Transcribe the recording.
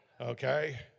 Okay